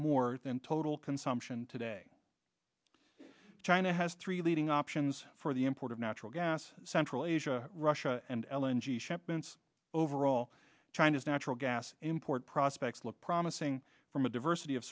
more than total consumption today china has three leading options for the import of natural gas central asia russia and l and g shipments overall china's natural gas import prospects look promising from a diversity of